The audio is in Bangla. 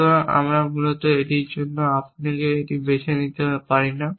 সুতরাং আমরা মূলত এটির জন্য এটি বেছে নিতে পারি না